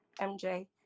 MJ